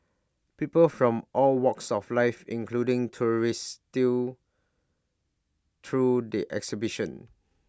people from all walks of life including tourists still through the exhibition